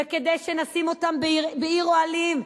וכדי שנשים אותם בעיר אוהלים,